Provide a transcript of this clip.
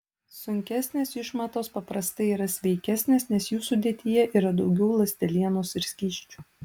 sunkesnės išmatos paprastai yra sveikesnės nes jų sudėtyje yra daugiau ląstelienos ir skysčių